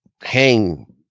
hang